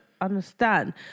understand